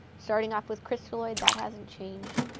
starting off with crystalloid, that hasn't changed.